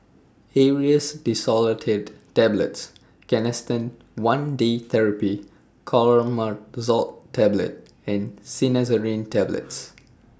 Aerius DesloratadineTablets Canesten one Day Therapy Clotrimazole Tablet and Cinnarizine Tablets